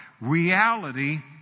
reality